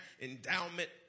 endowment